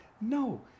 No